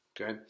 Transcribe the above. Okay